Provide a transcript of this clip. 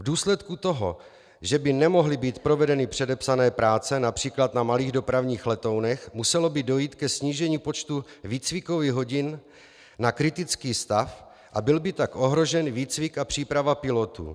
V důsledku toho, že by nemohly být provedeny předepsané práce např. na malých dopravních letounech, muselo by dojít ke snížení počtu výcvikových hodin na kritický stav a byl by tak ohrožen výcvik a příprava pilotů.